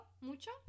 mucho